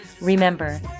Remember